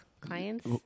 clients